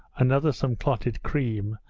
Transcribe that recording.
another some clotted cream,